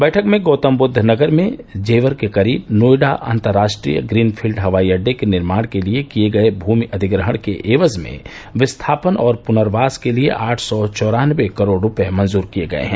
बैठक में गौतमबुद्ध नगर में जेवर के करीब नोएडा अतर्राष्ट्रीय ग्रीन फील्ड हवाई अड्डे के निर्माण के लिये किये गये भू अधिग्रहण के एवज़ में विस्थापन और पुनर्वास के लिये आठ सौ चौरानवे करोड़ रूपये मंजूर किये गये हैं